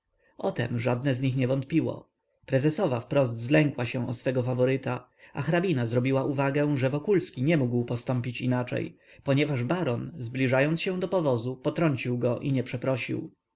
o tem żadne z nich nie wątpiło prezesowa wprost zlękła się o swego faworyta a hrabina zrobiła uwagę że wokulski nie mógł postąpić inaczej ponieważ baron zbliżając się do powozu potrącił go i nie przeprosił